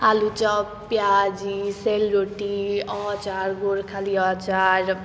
आलुचप प्याजी सेलरोटी अचार गोर्खाली अचार